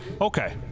Okay